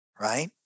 right